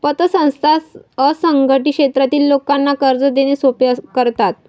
पतसंस्था असंघटित क्षेत्रातील लोकांना कर्ज देणे सोपे करतात